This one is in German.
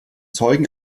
zeugen